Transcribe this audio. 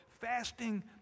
fasting